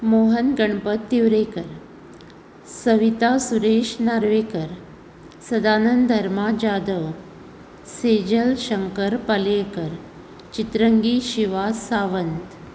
Mohan Ganpat Tivrenkar Savita Suresh Narvekar Sadanand Dharma Jadhav Sejal Shankar Palyekar Chitrangi Shiva Sawant